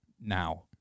now